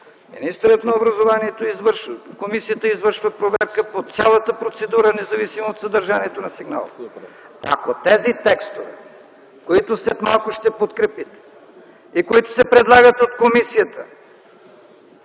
назначава проверка...”. Комисията извършва проверка по цялата процедура, независимо от съдържанието на сигнала. Ако тези текстове, които след малко ще подкрепите и които се предлагат от комисията,